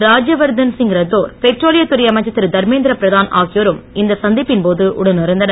ராத்யவர்தன்சிங் ரத்தோட் பெட்ரோலியத் துறை அமைச்சர் திருதர்மேந்திர பிரதான் ஆகியோரும் இந்த சந்திப்பின்போது உடன் இருந்தனர்